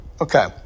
Okay